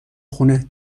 خونه